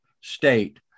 state